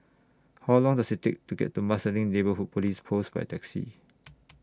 How Long Does IT Take to get to Marsiling Neighbourhood Police Post By Taxi